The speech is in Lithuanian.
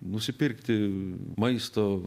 nusipirkti maisto